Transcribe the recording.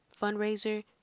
fundraiser